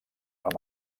amb